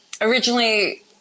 Originally –